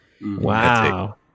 Wow